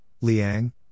Liang